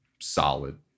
solid